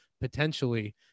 potentially